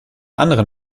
anderen